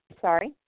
Sorry